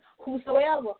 whosoever